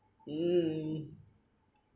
mm